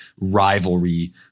rivalry